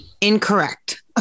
Incorrect